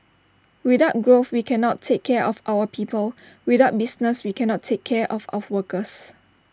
without growth we cannot take care of our people without business we cannot take care of our workers